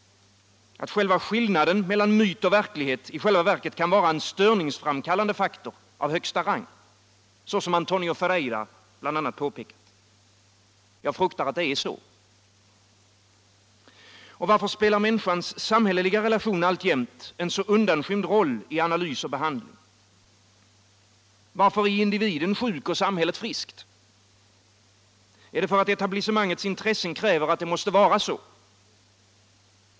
Själva skillnaden mellan myt och verklighet kan i själva verket vara en störningsframkallande faktor av högsta rang, såsom Antonio Ferreira bl.a. påpekat. Jag fruktar att det är så. Varför spelar människans samhälleliga relation alltjämt en så undanskymd roll i analys och behandling? Varför är individen sjuk och samhället friskt? Är det för att etablissemangets intressen kräver att det skall vara så?